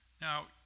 Now